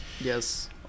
Yes